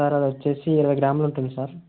sir అది వచ్చి ఇరవై గ్రాములు ఉంటుంది సార్